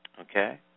Okay